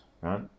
right